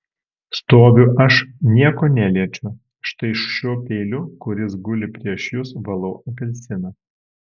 stoviu aš nieko neliečiu štai šiuo peiliu kuris guli prieš jus valau apelsiną